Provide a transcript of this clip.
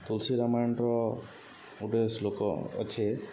ତୁଲ୍ସୀ ରାମାୟଣ୍ର ଗୁଟେ ଶ୍ଳୋକ ଅଛେ